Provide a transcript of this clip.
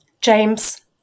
James